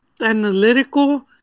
analytical